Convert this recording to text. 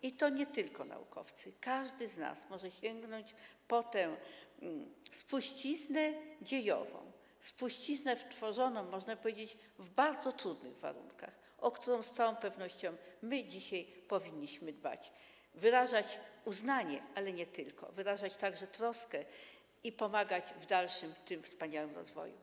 I to nie tylko naukowcy, każdy z nas może sięgnąć po tę spuściznę dziejową, spuściznę tworzoną, można powiedzieć, w bardzo trudnych warunkach, o którą z całą pewnością my dzisiaj powinniśmy dbać, wyrażać uznanie, ale nie tylko, wyrażać także troskę i pomagać w dalszym wspaniałym rozwoju.